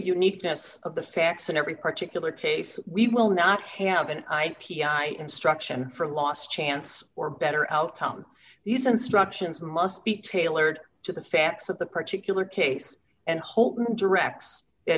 uniqueness of the facts in every particular case we will not have an i p i instruction for last chance or a better outcome these instructions must be tailored to the facts of the particular case and hope directs